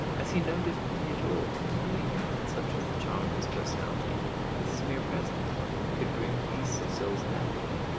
i see no difficulty at all in believing that such was the charm of his personality that his mere presence could bring peace to souls in anguish,